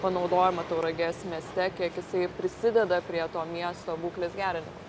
panaudojimą tauragės mieste kiek jisai prisideda prie to miesto būklės gerinimo